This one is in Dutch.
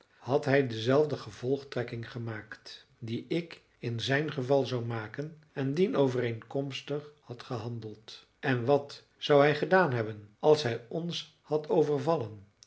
had hij dezelfde gevolgtrekking gemaakt die ik in zijn geval zou maken en dienovereenkomstig had gehandeld en wat zou hij gedaan hebben als hij ons had overvallen